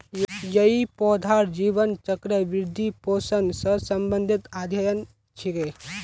यई पौधार जीवन चक्र, वृद्धि, पोषण स संबंधित अध्ययन छिके